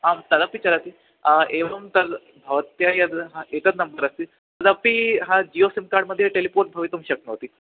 आं तदपि चलति एवं तद् भवत्या यद् हा एतद् नम्बर् अस्ति तदपि हा जियो सिं कार्ड् मध्ये टेलिपोर्ट् भवितुं शक्नोति